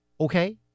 Okay